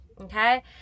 Okay